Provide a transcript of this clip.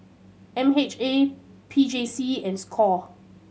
M H A P J C and score